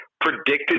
predicted